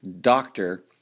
doctor